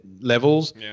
levels